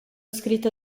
scritto